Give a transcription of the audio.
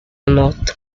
nota